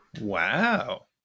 Wow